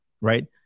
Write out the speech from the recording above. right